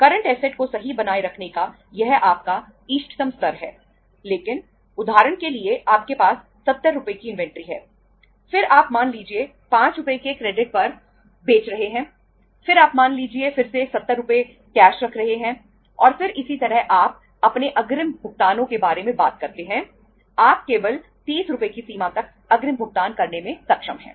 current assets रख रहे हैं और फिर इसी तरह आप अपने अग्रिम भुगतानों के बारे में बात करते हैं आप केवल 30 रुपये की सीमा तक अग्रिम भुगतान करने में सक्षम हैं